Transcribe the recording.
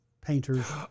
painters